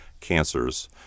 cancers